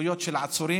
בזכויות של העצורים.